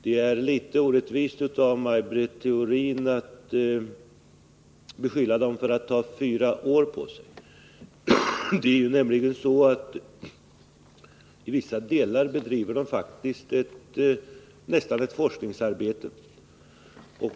Det är litet orättvist av Maj Britt Theorin att kritisera ledamöterna av utredningen för att ta fyra år på sig. Till viss del bedrivs det faktiskt nästan ett forskningsarbete.